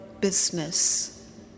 business